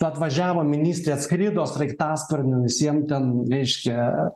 atvažiavo ministrė atskrido sraigtasparniu visiem ten reiškia